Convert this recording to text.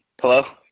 Hello